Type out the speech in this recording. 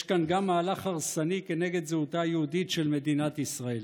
יש כאן גם מהלך הרסני כנגד זהותה היהודית של מדינת ישראל,